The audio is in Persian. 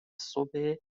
صبح